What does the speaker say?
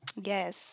Yes